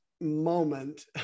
moment